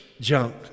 junk